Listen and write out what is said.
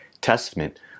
Testament